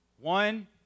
One